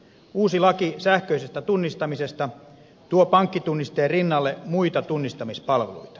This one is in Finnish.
uusi laki sähköisestä tunnistamisesta tuo pankkitunnisteen rinnalle muita tunnistamispalveluita